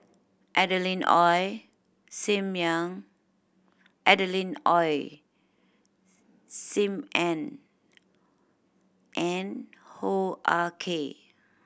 Adeline Ooi Sim Adeline Ooi Sim Ann and Hoo Ah Kay